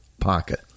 Pocket